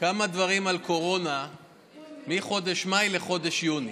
כמה דברים על קורונה מחודש מאי עד חודש יוני: